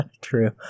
True